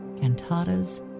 cantatas